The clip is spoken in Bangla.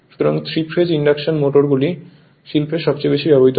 সুতরাং 3 ফেজ ইনডাকশন মোটর গুলি শিল্পে সবচেয়ে বেশি ব্যবহৃত হয়